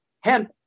hemp